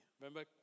Remember